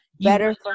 Better